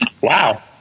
Wow